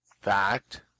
Fact